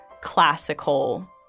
classical